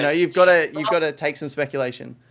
yeah you've got ah you've got to take some speculation.